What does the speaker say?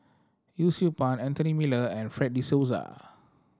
Yee Siew Pun Anthony Miller and Fred De Souza